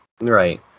Right